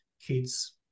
kids